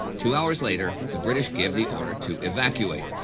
two hours later the british give the order to evacuate.